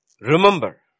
Remember